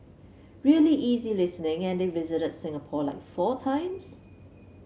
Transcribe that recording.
really easy listening and they visited Singapore like four times